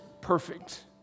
perfect